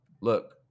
look